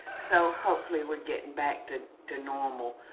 so hopefully we're getting back to to normal,